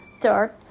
Third